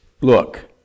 look